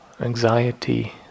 anxiety